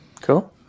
Cool